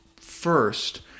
first